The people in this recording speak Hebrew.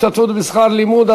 השתתפות בשכר לימוד),